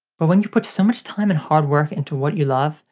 but, when you put so much time and hard work into what you love,